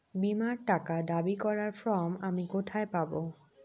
বীমার টাকা দাবি করার ফর্ম আমি কোথায় পাব?